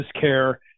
care